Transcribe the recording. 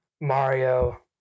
Mario